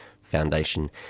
Foundation